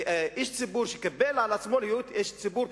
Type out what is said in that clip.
איש ציבור שקיבל על עצמו להיות איש ציבור,